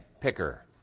picker